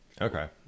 Okay